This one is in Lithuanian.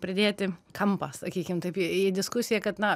pridėti kampą sakykim taip į į diskusiją kad na